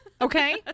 Okay